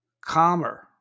calmer